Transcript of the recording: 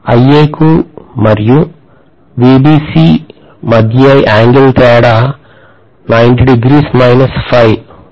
IA కు మరియు VBC మధ్య ఏంగిల్ తేడా ఉంటుంది